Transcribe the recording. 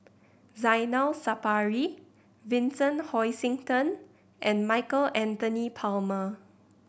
Zainal Sapari Vincent Hoisington and Michael Anthony Palmer